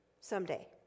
someday